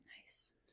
Nice